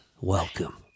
welcome